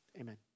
amen